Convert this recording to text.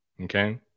Okay